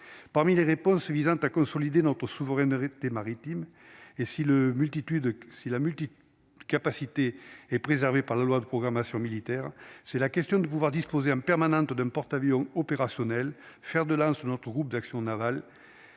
parmi les réponses visant à consolider notre souveraineté maritime et si le multitude si la multi-capacité et préservé par la loi de programmation militaire, c'est la question du pouvoir disposer en permanence d'un porte-avions opérationnel, fer de lance, notre groupe d'action navale